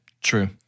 True